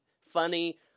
funny